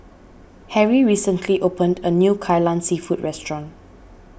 Harry recently opened a new Kai Lan Seafood restaurant